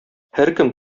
һәркем